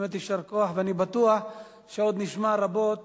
באמת יישר כוח, ואני בטוח שעוד נשמע רבות